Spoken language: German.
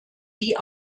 die